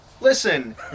listen